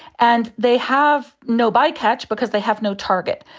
and they have no bycatch because they have no target.